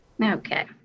Okay